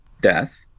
death